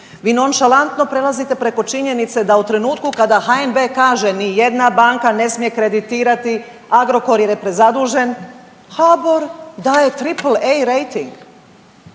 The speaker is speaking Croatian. vi nonšalantno prelazite preko činjenice da u trenutku kada HNB kaže nijedna banka ne smije kreditirati Agrokor jer je prezadužen, HBOR daje triple